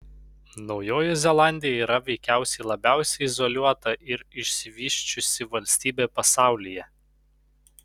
naujoji zelandija yra veikiausiai labiausiai izoliuota ir išsivysčiusi valstybė pasaulyje